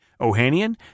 Ohanian